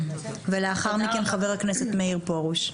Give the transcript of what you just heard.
לאחר מכן חבר הכנסת מאיר פרוש.